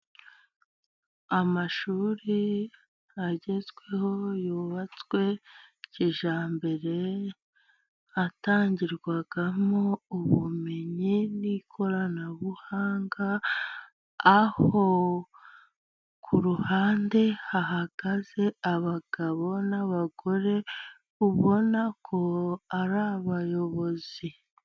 Amashuri agezweho yubatswe kijyambere atangirwamo ubumenyi, n'ikoranabuhanga aho ku ruhande hahagaze abagabo n'abagore ubona ko ari abayobozi.